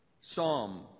Psalm